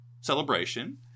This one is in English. celebration